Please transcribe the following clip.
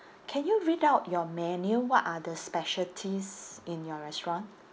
can you read out your menu what are the specialties in your restaurant